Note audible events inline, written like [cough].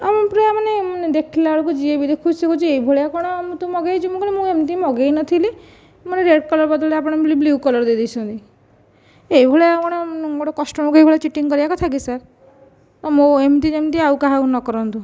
ଆଉ ପୂରା ମାନେ [unintelligible] ଦେଖିଲାବେଳକୁ ଯିଏବି ଦେଖୁଛି ସିଏ କହୁଛି ଏଭଳିଆ କ'ଣ ତୁ ମଗାଇଛୁ ମୁଁ କହିଲି ମୁଁ ଏମିତି ମଗାଇନଥିଲି ମୋର ରେଡ୍ କଲର ବଦଳରେ ଆପଣ ବ୍ଲ୍ୟୁ କଲର ଦେଇଦେଇଛନ୍ତି ଏହିଭଳିିଆ କ'ଣ ଗୋଟିଏ କଷ୍ଟମରକୁ ଏହିଭଳିଆ ଚିଟିଂ କରିବା କଥା କି ସାର୍ ଏମିତି ଯେମିତି ଆଉ କାହାକୁ ନକରନ୍ତୁ